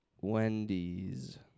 Wendy's